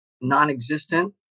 non-existent